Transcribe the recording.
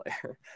player